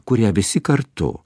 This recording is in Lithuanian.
kurią visi kartu